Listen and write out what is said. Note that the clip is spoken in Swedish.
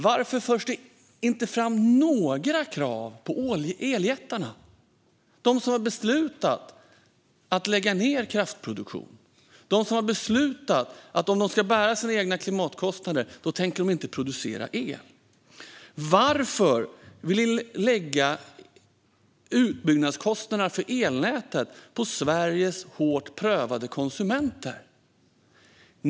Varför förs det inte fram några krav på eljättarna, de som har beslutat att lägga ned kraftproduktionen, de som har beslutat att om de ska bära sina egna klimatkostnader tänker de inte producera el? Varför vill ni lägga utbyggnadskostnaderna för elnätet på Sveriges hårt prövade konsumenter?